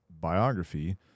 biography